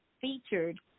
featured